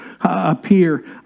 appear